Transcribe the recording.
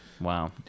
Wow